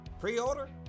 Pre-order